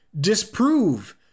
disprove